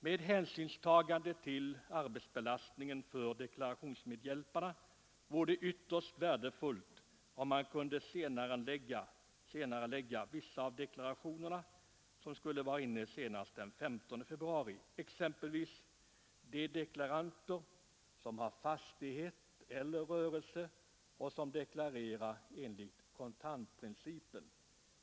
Med hänsynstagande till arbetsbelastningen för deklarationsmedhjälparna vore det ytterst värdefullt, om man kunde senarelägga vissa av de deklarationer som nu skall vara inlämnade den 15 februari. Detta gäller exempelvis för de deklaranter som har fastighet eller rörelse och som deklarerar enligt kontantprincipen.